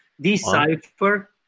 decipher